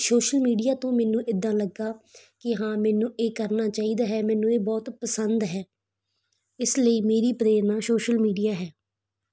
social media ਤੋਂ ਮੈਨੂੰ ਇੱਦਾਂ ਲੱਗਾ ਕਿ ਹਾਂ ਮੈਨੂੰ ਇਹ ਕਰਨਾ ਚਾਹੀਦਾ ਹੈ ਮੈਨੂੰ ਇਹ ਬਹੁਤ ਪਸੰਦ ਹੈ ਇਸ ਲਈ ਮੇਰੀ ਪ੍ਰੇਰਨਾ ਸ਼ੋਸ਼ਲ ਮੀਡੀਆ ਹੈ